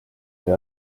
või